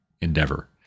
endeavor